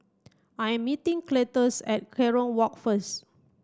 I'm meeting Cletus at Kerong Walk first